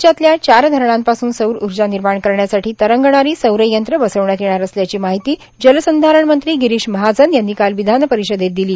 राज्यातल्या चार धरणांपासून सौर उर्जा निर्माण करण्यासाठी तरंगणारी सौरयंत्रं बसवण्यात येणार असल्याची माहिती जलसंधारण मंत्री गिरीष महाजन यांनी काल विधान परिषदेत दिली